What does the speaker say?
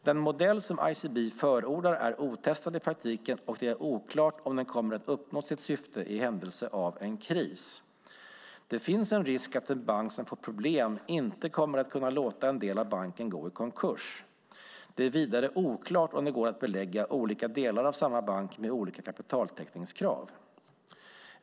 Den modell som ICB förordar är otestad i praktiken, och det är oklart om den kommer att uppnå sitt syfte i händelse av en kris. Det finns en risk att en bank som får problem inte kommer att kunna låta en del av banken gå i konkurs. Det är vidare oklart om det går att belägga olika delar av samma bank med olika kapitaltäckningskrav.